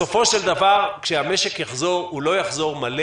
בסופו של דבר, כשהמשק יחזור, הוא לא יחזור מלא.